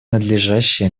надлежащая